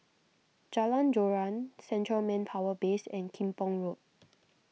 Jalan Joran Central Manpower Base and Kim Pong Road